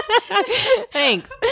Thanks